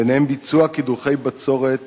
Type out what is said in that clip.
וביניהם ביצוע קידוחי בצורת